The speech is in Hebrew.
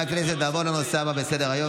להלן תוצאות ההצבעה: